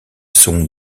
seconde